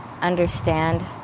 understand